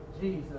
Jesus